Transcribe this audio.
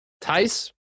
Tice